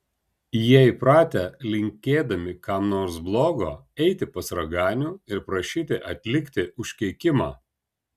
jie įpratę linkėdami kam nors blogo eiti pas raganių ir prašyti atlikti užkeikimą